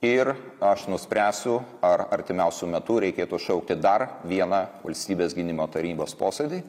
ir aš nuspręsiu ar artimiausiu metu reikėtų šaukti dar vieną valstybės gynimo tarybos posėdį